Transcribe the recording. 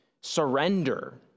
surrender